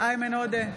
איימן עודה,